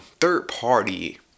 third-party